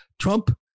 Trump